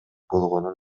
болгонун